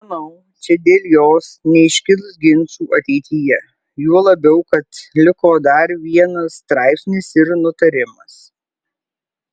manau čia dėl jos neiškils ginčų ateityje juo labiau kad liko dar vienas straipsnis ir nutarimas